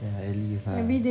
yeah at least ah